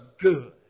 good